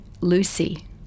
Lucy